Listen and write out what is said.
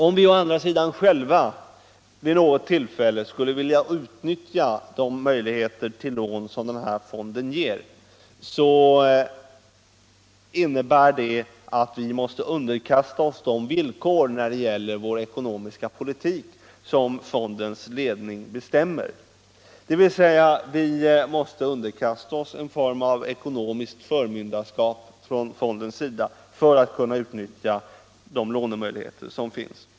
Om vi å andra sidan själva vid något tillfälle skulle vilja utnyttja de möjligheter till lån som den här fonden ger måste vi underkasta oss de villkor när det gäller vår ekonomiska politik som fondens ledning bestämmer, dvs. vi måste underkasta oss en form av ekonomiskt förmynderskap från fondens sida för att kunna utnyttja de lånemöjligheter som finns.